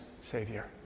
Savior